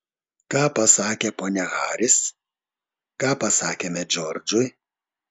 ką pasakė ponia haris ką pasakėme džordžui